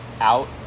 out